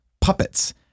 puppets